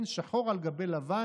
כן, שחור על גבי לבן